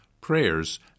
prayers